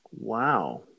Wow